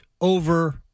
over